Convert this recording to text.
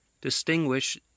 distinguish